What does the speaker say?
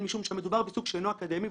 הן משום שהמדובר בעיסוק שאינו אקדמי,